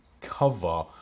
cover